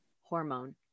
hormone